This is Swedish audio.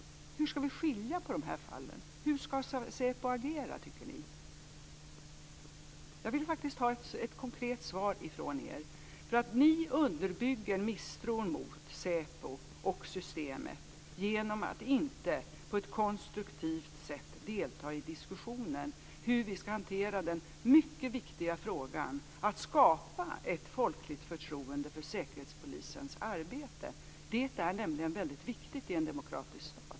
Hur ska vi skilja på de här fallen? Hur tycker ni att säpo ska agera? Jag vill faktiskt ha ett konkret svar från er. Ni underbygger nämligen misstron mot säpo och systemet genom att inte på ett konstruktivt sätt delta i diskussionen om hur vi ska hantera den mycket viktiga frågan att skapa ett folkligt förtroende för Säkerhetspolisens arbete. Det är nämligen väldigt viktigt i en demokratisk stat.